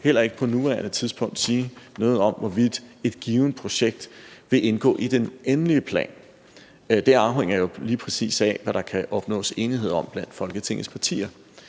heller ikke på nuværende tidspunkt sige noget om, hvorvidt et givent projekt vil indgå i den endelige plan. Det afhænger jo lige præcis af, hvad der kan opnås enighed om blandt Folketingets partier.